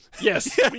Yes